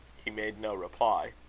he made no reply